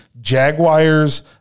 Jaguars